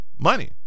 Money